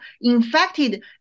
infected